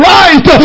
right